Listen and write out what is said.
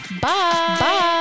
Bye